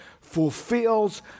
fulfills